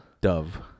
Dove